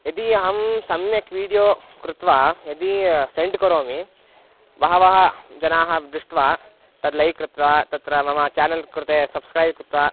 यदि अहं सम्यक् वीडियो कृत्वा यदि सेण्ड् करोमि बहवः जनाः दृष्ट्वा तद् लैक् कृत्वा तत्र मम चेनल् कृते सब्स्क्रैब् कृत्वा